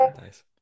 nice